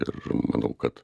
ir manau kad